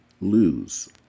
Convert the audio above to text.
lose